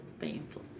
painful